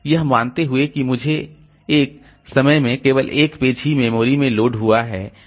यह मानते हुए कि मुझे एक समय में केवल एक पेज ही मेमोरी में लोड हुआ है